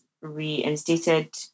reinstated